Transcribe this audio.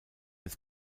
ist